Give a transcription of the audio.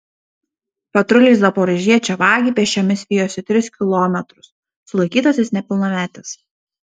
patruliai zaporožiečio vagį pėsčiomis vijosi tris kilometrus sulaikytasis nepilnametis